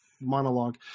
monologue